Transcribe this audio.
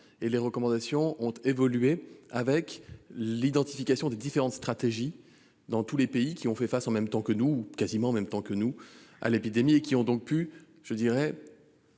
les recommandations ont évolué avec l'identification des différentes stratégies mises en place dans tous les pays qui ont fait face en même temps que nous, ou quasiment en même temps que nous, à l'épidémie. Ces pays ont choisi des